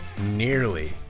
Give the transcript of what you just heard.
nearly